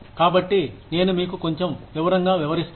కాబట్టి నేను మీకు కొంచెం వివరంగా వివరిస్తాను